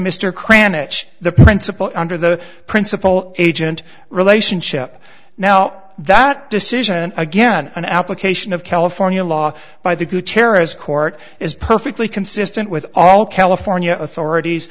cranitch the principal under the principal agent relationship now that decision again an application of california law by the terrorist court is perfectly consistent with all california authorities